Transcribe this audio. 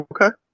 Okay